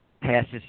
passes